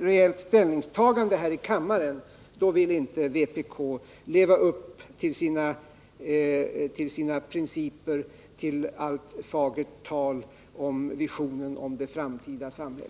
reellt ställningstagande här i kammaren vill inte vpk leva upp till sina principer, till allt fagert tal om visionen om det framtida samhället.